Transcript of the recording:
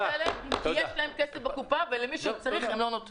האלה כי יש להם כסף בקופה ולמי שצריך הם לא נותנים.